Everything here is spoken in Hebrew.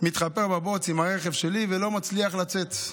עם הרכב שלי ולא מצליח לצאת.